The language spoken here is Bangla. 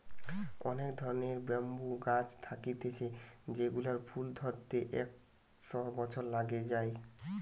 অনেক ধরণের ব্যাম্বু গাছ থাকতিছে যেগুলার ফুল ধরতে একশ বছর লাগে যায়